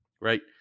right